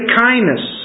kindness